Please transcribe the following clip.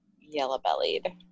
yellow-bellied